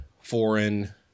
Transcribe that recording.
foreign